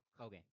Okay